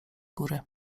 góry